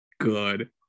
good